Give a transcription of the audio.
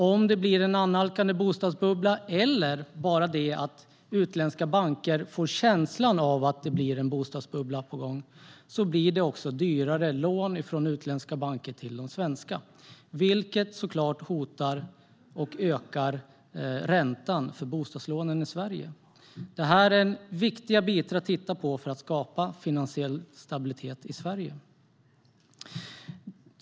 Om det blir en annalkande bostadsbubbla eller bara om utländska banker får känslan av att en bostadsbubbla är på gång blir det dyrare lån från utländska banker till de svenska, vilket såklart ökar räntan för bostadslånen i Sverige. Det är viktiga bitar att titta på för att skapa finansiell stabilitet i Sverige.